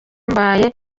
mbaye